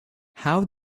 how